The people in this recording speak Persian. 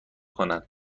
کنن